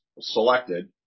selected